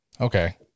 okay